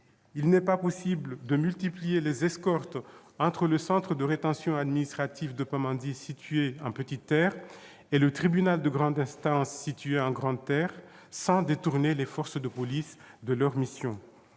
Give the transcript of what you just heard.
Il n'est pas possible de multiplier les escortes entre le centre de rétention administrative de Pamandzi, situé à Petite-Terre, et le tribunal de grande instance, situé, lui, à Grande-Terre, sans détourner les forces de police de leurs missions.